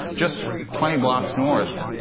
just twenty blocks north,